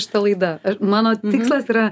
šita laida mano tikslas yra